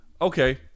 okay